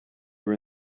were